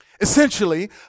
Essentially